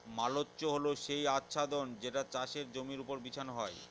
mulch হল সেই আচ্ছাদন যেটা চাষের জমির ওপর বিছানো হয়